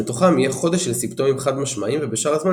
שמתוכם יהיה חודש של סימפטומים חד-משמעיים ובשאר הזמן